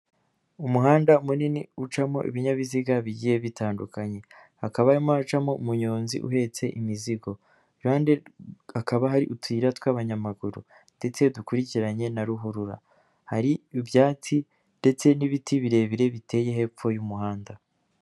Umuhanda munini ucamo ibinyabiziga bigiye bitandukanye, hakabamo hacamo umunyonzi uhetse imizigo, iruhande hakaba hari utuyira tw'abanyamaguru, ndetse dukurikiranye na ruhurura, hari ibyatsi, ndetse n'ibiti birebire biteye hepfo y'umuhanda.